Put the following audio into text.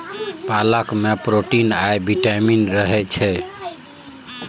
पालक मे प्रोटीन आ बिटामिन रहय छै